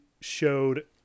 showed